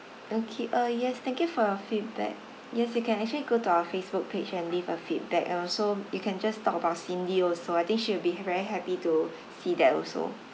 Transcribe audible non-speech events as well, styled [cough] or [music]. okay ah yes thank you for your feedback yes you can actually go to our facebook page and leave a feedback and also you can just talk about cindy also I think she will be very happy to [breath] see that also